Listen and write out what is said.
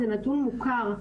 זה נתון מוכר.